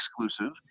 exclusive